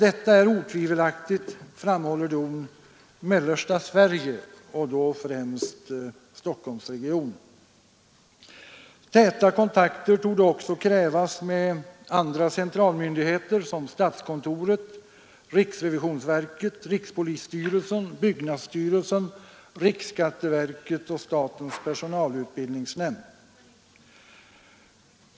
Detta är otvivelaktigt, framhåller DON, mellersta Sverige och då främst Stockholmsregionen. Täta kontakter torde också krävas med andra centralmyndigheter som statskontoret, riksrevisionsverket, rikspolisstyrelsen, byggnadsstyrelsen, riksskatteverket och statens personalutbildningsnämnd.